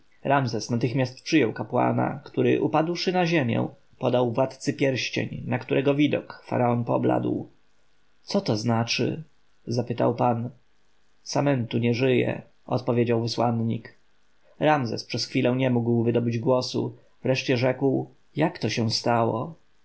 ramzes natychmiast przyjął kapłana który upadłszy na ziemię podał władcy pierścień na którego widok faraon pobladł co to znaczy zapytał pan samentu nie żyje odpowiedział wysłannik ramzes przez chwilę nie mógł wydobyć głosu wreszcie rzekł jak się to stało